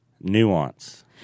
nuance